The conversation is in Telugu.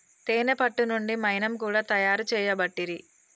తేనే పట్టు నుండి మైనం కూడా తయారు చేయబట్టిరి